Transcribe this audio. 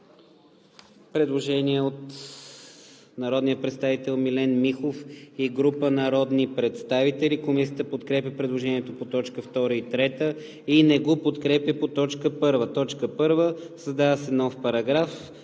Предложение на народния представител Милен Михов и група народни представители. Комисията подкрепя предложението по т. 2 и т. 3 и не го подкрепя по т. 1. „1. Създава се нов параграф